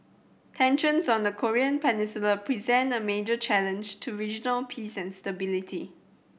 tensions on the Korean Peninsula present a major challenge to regional peace and stability